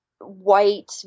white